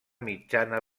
mitjana